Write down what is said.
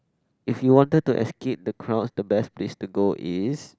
if you wanted to escape the crowds the best place to go is